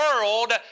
world